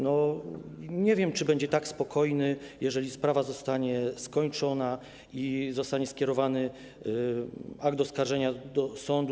Nie wiem, czy będzie tak spokojny, jeżeli sprawa zostanie skończona i zostanie skierowany akt oskarżenia do sądu.